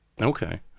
Okay